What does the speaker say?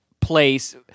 place